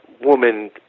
woman